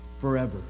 forever